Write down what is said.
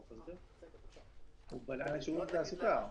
הוא פנה לשירות התעסוקה.